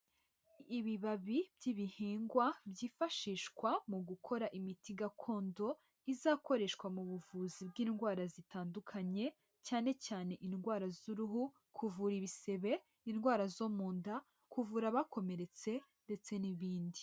Ibibabi by'ibihingwa byifashishwa mu gukora imiti gakondo, izakoreshwa mu buvuzi bw'indwara zitandukanye, cyane cyane indwara z'uruhu, kuvura ibisebe, indwara zo mu nda, kuvura abakomeretse ndetse n'ibindi.